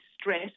stress